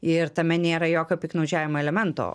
ir tame nėra jokio piktnaudžiavimo elemento